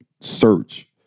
search